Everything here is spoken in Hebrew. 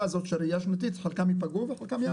הזאת של ראייה שנתית חלקם ייפגעו וחלקם יעלו.